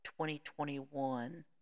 2021